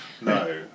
no